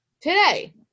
today